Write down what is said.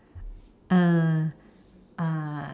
err err